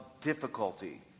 difficulty